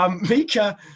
Mika